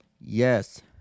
yes